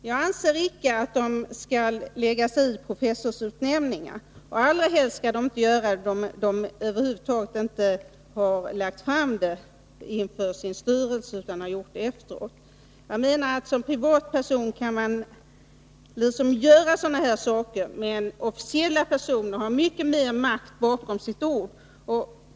Herr talman! Jag anser icke att officiella personer skall lägga sig i professorsutnämningar. Allra helst skall de inte göra det om de från början inte lagt fram ärendet inför sin styrelse utan gjort det efteråt. Som privatperson kan man göra sådana här saker, men officiella personer har mycket mera makt bakom sina ord.